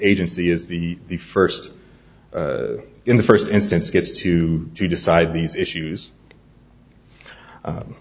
agency is the first in the first instance gets to decide these issues